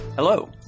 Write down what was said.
Hello